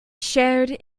shared